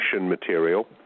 material